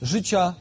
Życia